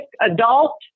adult